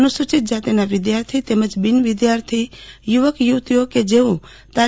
અનુસૂચિત જાતિના વિદ્યાર્થી તેમજ બિનવિદ્યાર્થી યુવક યુવતિઓ કે જેઓ તા